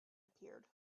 appeared